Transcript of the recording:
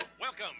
Welcome